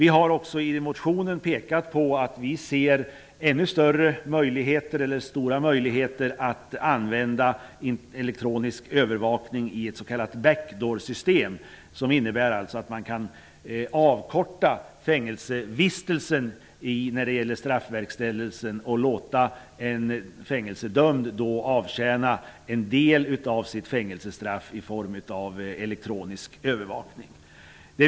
I motionen har vi också pekat på att vi ser stora möjligheter att använda elektronisk övervakning i ett s.k. back-door-system, som innebär att man kan förkorta fängelsevistelsen och låta en fängelsedömd avtjäna en del av sitt fängelsestraff i form av elektronisk övervakning.